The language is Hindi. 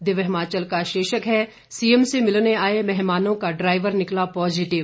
दिव्य हिमाचल का शीर्षक है सीएम से मिलने आए मेहमानों का ड्राइवर निकला पॉजीटिव